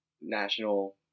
national